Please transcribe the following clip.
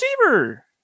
receiver